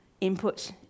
input